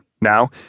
Now